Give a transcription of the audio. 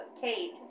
Kate